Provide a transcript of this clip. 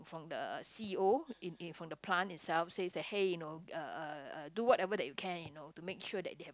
from the c_e_o in in from the plant itself says that hey you know uh uh do whatever that you can you know to make sure that they have a